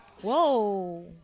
Whoa